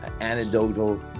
anecdotal